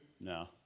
No